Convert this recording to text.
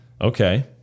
Okay